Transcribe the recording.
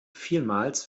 vielmals